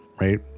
right